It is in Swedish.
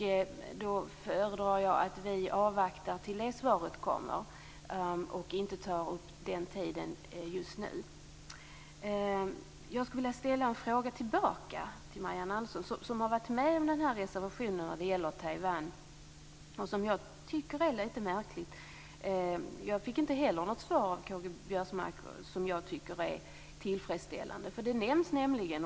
Jag föredrar att inte just nu ta upp tid med den utan avvakta tills svaret på den kommer. Jag skulle vilja ställa en fråga tillbaka till Marianne Andersson, som tillhör dem som står bakom reservationen om Taiwan. Jag tycker att den är lite märklig. Inte heller jag fick något tillfredsställande svar, Karl-Göran Biörsmark.